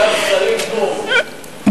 וגם סלים טוֹעמֶה.